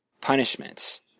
punishments